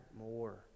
more